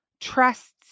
trusts